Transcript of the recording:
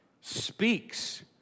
speaks